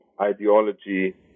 ideology